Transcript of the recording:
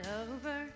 over